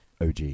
OG